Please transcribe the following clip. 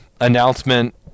announcement